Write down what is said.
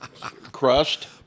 Crust